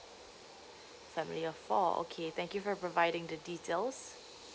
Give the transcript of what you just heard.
family of four okay thank you for providing the details